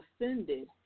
offended